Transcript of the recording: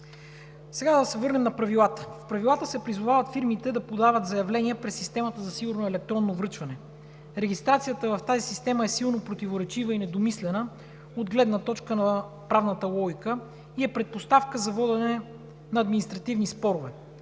Сега да се върнем на правилата. В правилата се призовават фирмите да подават заявления през системата за сигурно електронно връчване. Регистрацията в тази система е силно противоречива и недомислена от гледна точка на правната логика, и е предпоставка за водене на административни спорове.